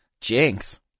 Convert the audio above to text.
Jinx